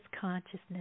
consciousness